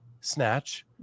snatch